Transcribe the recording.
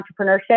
entrepreneurship